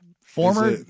former